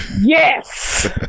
Yes